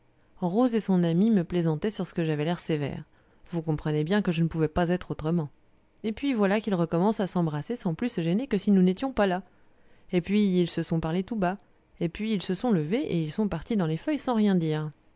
rose et son ami me plaisantaient sur ce que j'avais l'air sévère vous comprenez bien que je ne pouvais pas être autrement et puis voilà qu'ils recommencent à s'embrasser sans plus se gêner que si nous n'étions pas là et puis ils se sont parlé tout bas et puis ils se sont levés et ils sont partis dans les feuilles sans rien dire